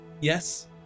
Yes